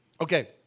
Okay